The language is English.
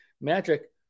Magic